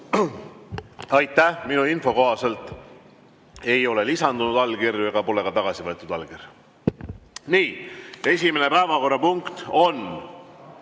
Aitäh! Minu info kohaselt ei ole lisandunud allkirju ega ole ka tagasi võetud allkirju. Nii, esimene päevakorrapunkt on ...